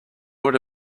would